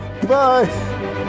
Goodbye